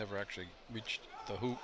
never actually reached the who